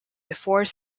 before